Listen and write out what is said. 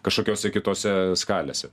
kažkokiose kitose skalėse